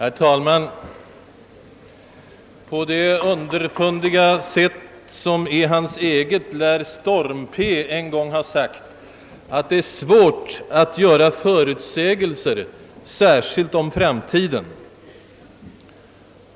Herr talman! På det underfundiga sätt som är hans eget lär Storm P. en gång ha sagt, att det är svårt att göra förutsägelser — särskilt om framtiden.